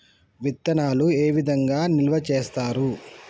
విత్తనాలు ఏ విధంగా నిల్వ చేస్తారు?